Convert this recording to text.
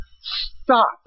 stop